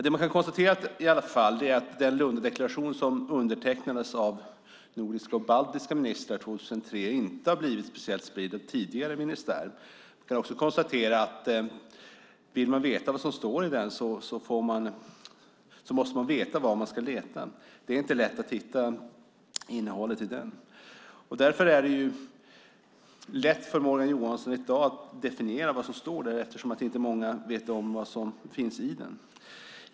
Det vi kan konstatera är att den Lundadeklaration som undertecknades av nordiska och baltiska ministrar 2003 inte har blivit speciellt spridd av tidigare ministär. Vi kan också konstatera att om man vill veta vad som står i den måste man veta var man ska leta. Det är inte lätt att hitta innehållet i den. Därför är det lätt för Morgan Johansson i dag att definiera vad som står där, när inte många vet vad som finns i den.